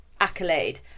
accolade